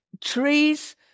trees